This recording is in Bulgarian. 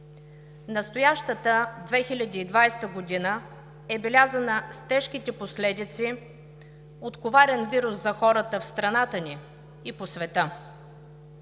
Настоящата 2020 г. е белязана с тежките последици от коварен вирус за хората в страната ни и по света.